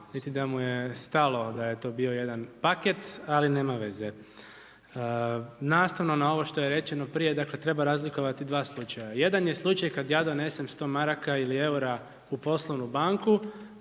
niti da mu je stalo da je to bio jedan paket ali nema veze. Nastavno na ovo što je rečeno prije, dakle treba razlikovati dva slučaja, jedan je slučaj kad ja donesem 100 maraka ili eura u poslovnu banku